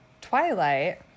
Twilight